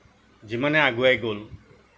যিমানে আগুৱাই গ'ল